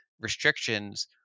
Restrictions